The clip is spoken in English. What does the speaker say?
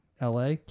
LA